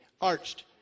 arched